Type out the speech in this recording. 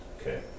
Okay